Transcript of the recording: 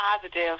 positive